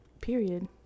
Period